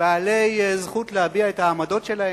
בעלי זכות להביע את העמדות שלהם.